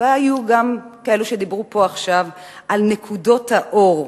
והיו גם כאלה שדיברו פה עכשיו על נקודות האור,